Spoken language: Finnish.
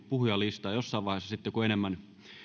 puhujalistaa jossain vaiheessa sitten kun enemmän